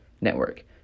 Network